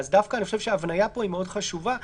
לכן ההבניה פה חשובה מאוד.